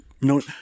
no